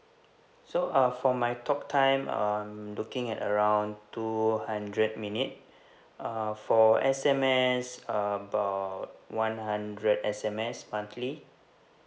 so uh for my talk time I'm looking at around two hundred minute uh for S_M_S about one hundred S_M_S monthly